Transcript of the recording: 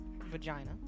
vagina